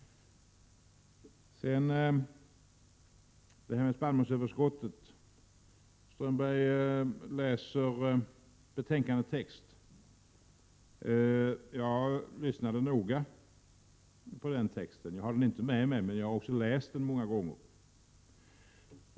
Beträffande spannmålsöverskottet läser Håkan Strömberg ur betänkandet. Jag lyssnade noga när han läste denna text. Jag har den inte med mig upp i talarstolen, men jag har läst den många gånger.